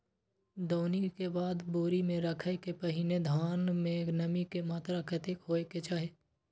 दौनी के बाद बोरी में रखय के पहिने धान में नमी के मात्रा कतेक होय के चाही?